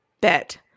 bet